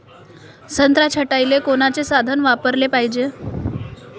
संत्रा छटाईले कोनचे साधन वापराले पाहिजे?